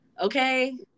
Okay